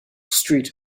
street